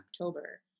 October